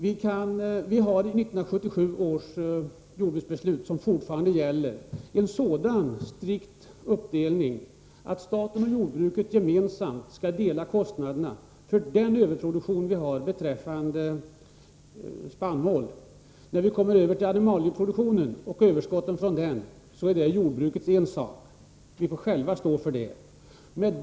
I 1977 års jordbruksbeslut, som fortfarande gäller, är det strikt angivet att staten och jordbruket gemensamt skall dela kostnaderna för överproduktionen av spannmål. Då det gäller animalieproduktionen och överskottet från den, så är det jordbrukets ensak — vi jordbrukare får själva stå för detta.